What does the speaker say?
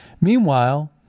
Meanwhile